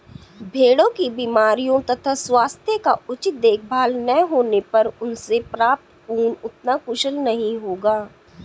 भेड़ों की बीमारियों तथा स्वास्थ्य का उचित देखभाल न होने पर उनसे प्राप्त ऊन उतना कुशल नहीं होगा